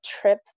trip